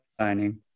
signing